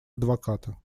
адвоката